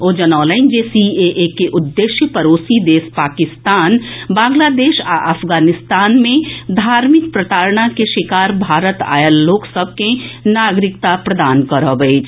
ओ जनौलनि जे सीएए के उद्देश्य पड़ोसी देश पाकिस्तान बांग्लादेश आ अफगानिस्तान मे धार्मिक प्रताड़ना के शिकार भारत आएल लोक सभ के नागरिकता प्रदान करब अछि